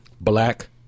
Black